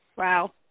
Wow